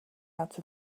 out